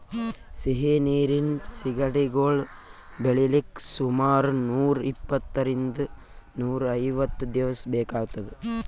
ಸಿಹಿ ನೀರಿನ್ ಸಿಗಡಿಗೊಳ್ ಬೆಳಿಲಿಕ್ಕ್ ಸುಮಾರ್ ನೂರ್ ಇಪ್ಪಂತ್ತರಿಂದ್ ನೂರ್ ಐವತ್ತ್ ದಿವಸ್ ಬೇಕಾತದ್